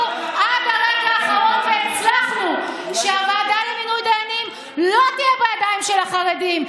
איך את נותנת שראשות הוועדה למינוי דיינים תעבור לידי החרדים?